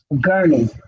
gurney